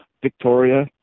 Victoria